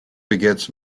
begets